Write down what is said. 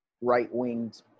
right-winged